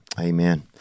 Amen